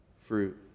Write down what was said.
fruit